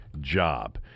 job